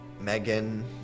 Megan